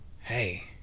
hey